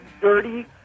dirty